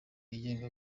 yigenga